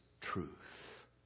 truth